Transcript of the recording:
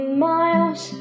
miles